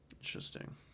Interesting